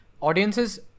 audiences